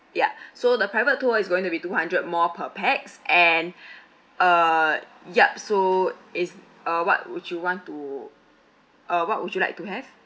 ya so the private tour is going to be two hundred more per pax and uh ya so is uh what would you want to uh what would you like to have